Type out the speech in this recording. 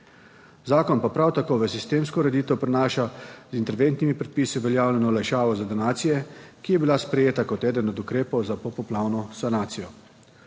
Zakon pa prav tako v sistemsko ureditev prinaša z interventnimi predpisi uveljavljeno olajšavo za donacije, ki je bila sprejeta kot eden od ukrepov za popoplavno sanacijo.